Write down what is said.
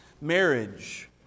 marriage